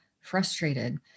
frustrated